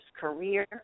career